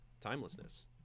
timelessness